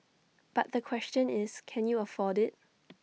but the question is can you afford IT